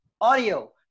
audio